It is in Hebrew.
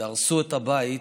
יהרסו את הבית,